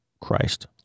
Christ